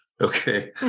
Okay